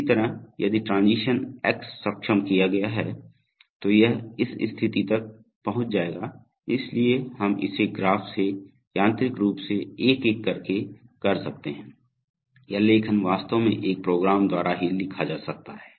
इसी तरह यदि ट्रांजीशन एक्स सक्षम किया गया है तो यह इस स्थिति तक पहुंच जाएगा इसलिए हम इसे ग्राफ से यांत्रिक रूप से एक एक करके कर सकते हैं यह लेखन वास्तव में एक प्रोग्राम द्वारा ही लिखा जा सकता है